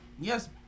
Yes